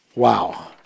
Wow